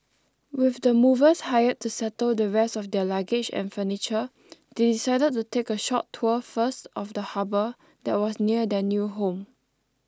with the movers hired to settle the rest of their luggage and furniture they decided to take a short tour first of the harbour that was near their new home